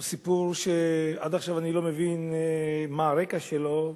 הוא סיפור שעד עכשיו אני לא מבין מה הרקע שלו.